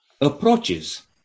approaches